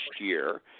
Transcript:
year